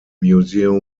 museum